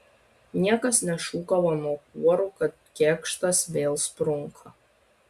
niekas nešūkavo nuo kuorų kad kėkštas vėl sprunka